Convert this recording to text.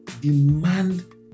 demand